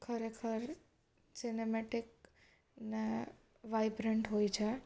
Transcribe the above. ખરેખર સિનેમેટિક અને વાઇબ્રન્ટ હોય છે